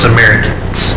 Americans